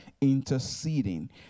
interceding